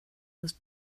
was